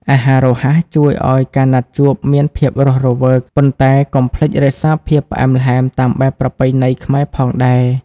អាហាររហ័សជួយឱ្យការណាត់ជួបមានភាពរស់រវើក ប៉ុន្តែកុំភ្លេចរក្សាភាពផ្អែមល្ហែមតាមបែបប្រពៃណីខ្មែរផងដែរ។